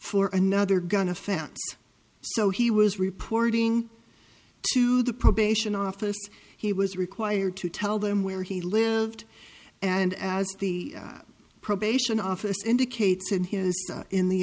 for another gun offense so he was reporting to the probation office he was required to tell them where he lived and as the probation office indicates in his in the